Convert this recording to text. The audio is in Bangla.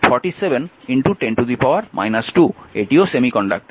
এটিও একটি সেমিকন্ডাক্টর